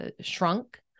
shrunk